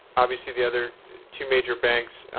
obviously, the other two major banks,